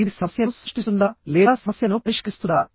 ఇది సమస్యను సృష్టిస్తుందా లేదా సమస్యలను పరిష్కరిస్తుందా